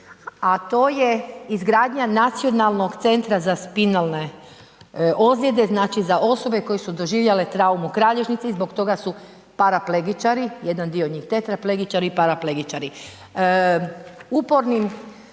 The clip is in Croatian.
a to je izgradnja Nacionalnog centra za spinalne ozljede, znači za osobe koje su doživjele traumu kralježnice i zbog toga su paraplegičari, jedan dio njih tetraplegičari i paraplegičari.